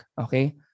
okay